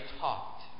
talked